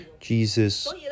Jesus